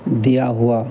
दिया हुआ